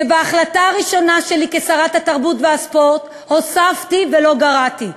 שבהחלטה הראשונה שלי כשרת התרבות והספורט הוספתי ולא גרעתי,